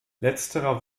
letzterer